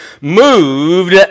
moved